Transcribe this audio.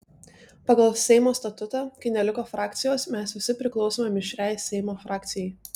pagal seimo statutą kai neliko frakcijos mes visi priklausome mišriai seimo frakcijai